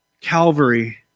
Calvary